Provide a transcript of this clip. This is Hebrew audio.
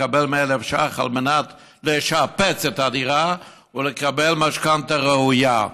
לקבל 100,000 שקל כדי לשפץ את הדירה ולקבל משכנתה ראויה.